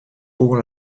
pour